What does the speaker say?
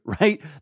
right